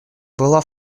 была